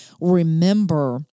remember